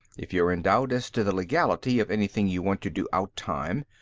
if you're in doubt as to the legality of anything you want to do outtime,